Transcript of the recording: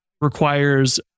requires